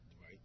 Right